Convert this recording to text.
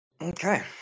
Okay